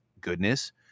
goodness